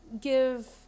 give